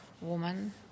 woman